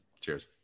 Cheers